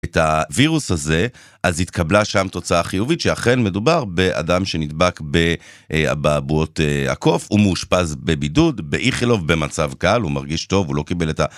את הווירוס הזה, אז התקבלה שם תוצאה חיובית שאכן מדובר באדם שנדבק באבעבועות הקוף, הוא מאושפז בבידוד, באיכלוב, במצב קל, הוא מרגיש טוב, הוא לא קיבל את ה...